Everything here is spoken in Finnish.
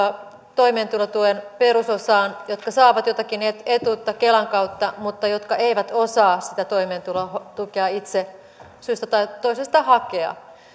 toimeentulotuen perusosaan jotka saavat jotakin etuutta kelan kautta mutta jotka eivät osaa sitä toimeentulotukea itse syystä tai toisesta hakea